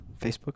facebook